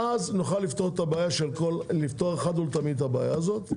ואז נוכל לפתור אחת ולתמיד את הבעיה הזאת.